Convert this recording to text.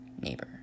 neighbor